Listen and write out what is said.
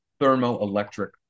thermoelectric